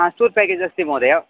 tour package अस्ति महोय